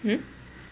hmm